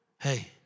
Hey